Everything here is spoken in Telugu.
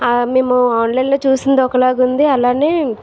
ఆ మేము ఆన్లైన్లో చూసింది ఒకలాగా ఉంది అలానే